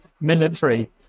military